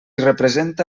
representa